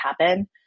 happen